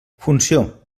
funció